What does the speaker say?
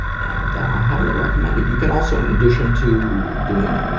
and i highly recommend it. you can also, in addition to doing, ah,